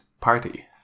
party